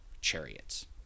Chariots